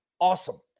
awesome